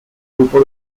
grupo